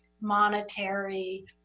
monetary